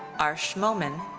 arsh momin.